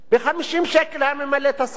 ב-50 שקל היה ממלא את הסל.